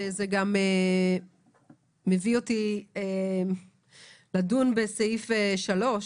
וזה גם מביא אותי לדון בסעיף 26ג(ב)(3)